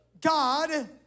God